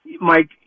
Mike